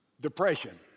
depression